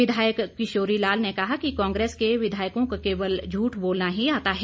विधायक किशोरी लाल ने कहा कि कांग्रेस के विधायकों को केवल झूठ बोलना ही आता है